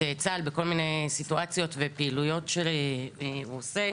צה"ל בכל מיני סיטואציות ופעילויות שהוא עושה